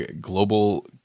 global